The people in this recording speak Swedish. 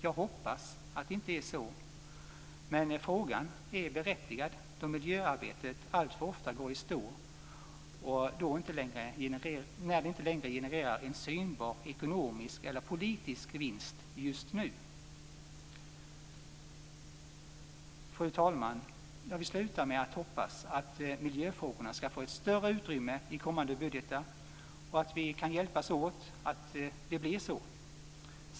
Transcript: Jag hoppas att det inte är så, men frågan är berättigad då miljöarbetet alltför ofta går i stå när det inte längre genererar en synbar ekonomisk eller politisk vinst just för tillfället. Fru talman! Jag vill sluta med säga att jag hoppas att miljöfrågorna ska få ett större utrymme i kommande budgetar och att vi kan hjälpas åt så att det blir så.